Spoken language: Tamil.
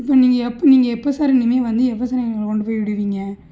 இப்போ நீங்கள் எப் நீங்கள் எப்போது சார் இனிமேல் வந்து எப்போ சார் எங்களை கொண்டு போய் விடுவீங்க